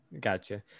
Gotcha